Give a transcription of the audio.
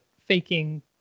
faking